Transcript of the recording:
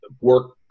work